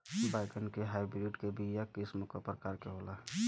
बैगन के हाइब्रिड के बीया किस्म क प्रकार के होला?